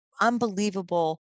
unbelievable